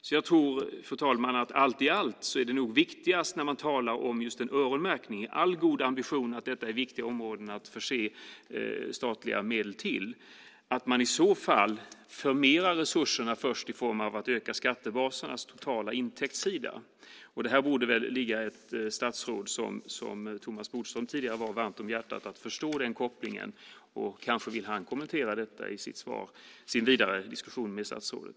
När man talar om öronmärkning i ambition att förse viktiga områden med statliga medel tror jag, fru talman, att det allt som allt är viktigast att man först förmerar resurserna genom att öka skattebasernas totala intäktssida. Den kopplingen borde ligga ett tidigare statsråd som Thomas Bodström varmt om hjärtat. Kanske vill han kommentera detta i sin vidare diskussion med statsrådet.